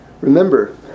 Remember